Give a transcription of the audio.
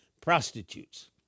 prostitutes